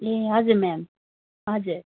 ए हजुर म्याम हजुर